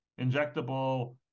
injectable